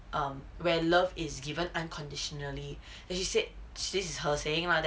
um where love is given unconditionally she said this is her saying lah that